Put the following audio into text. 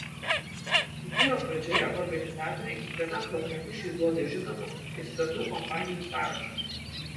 turnyro pradžioje organizatoriai kiekvienam programišiui duoda žinomų ir stambių kompanijų sąrašą